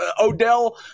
Odell –